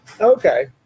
Okay